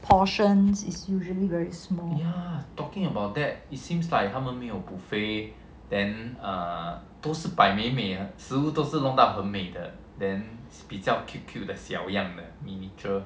portions is usually very small